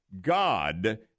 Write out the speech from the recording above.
God